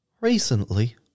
recently